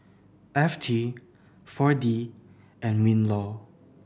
F T Four D and MinLaw